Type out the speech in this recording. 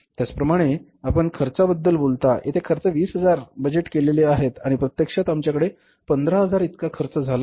त्याचप्रमाणे आपण खर्चाबद्दल बोलता येथे खर्च 20000 बजेट केलेले आहेत आणि प्रत्यक्षात आमच्याकडे 15000 इतका खर्च झाला आहे